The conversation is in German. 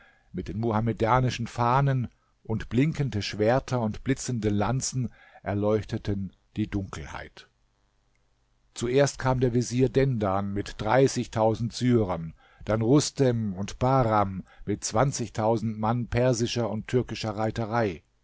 mit den muhamedanischen fahnen und blinkende schwerter und blitzende lanzen erleuchteten die dunkelheit zuerst kam der vezier dendan mit dreißigtausend syrern dann rustem und bahram mit zwanzigtausend mann persischer und türkischer reiterei